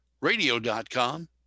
Radio.com